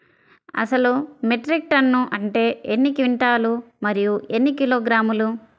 అసలు metric tonne అంటే ఎన్ని క్వింటాలు మరియు ఎన్ని కిలోగ్రాములు?